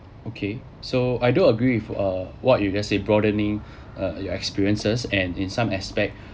okay so I do agree with err what you just say broadening uh your experiences and in some aspect